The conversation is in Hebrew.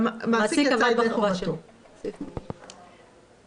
רק שאם זה לא יקרה,